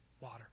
water